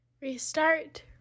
restart